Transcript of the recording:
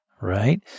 right